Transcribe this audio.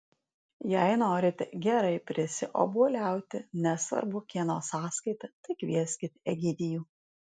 jei norite gerai prisiobuoliauti nesvarbu kieno sąskaita tai kvieskit egidijų